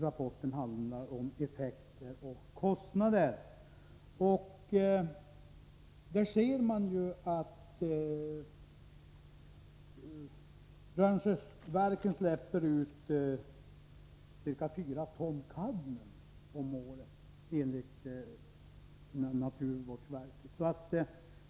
Rapporten visar att Rönnskärsverken släpper ut ca 4 ton kadmium om året.